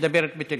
מדברת בטלפון,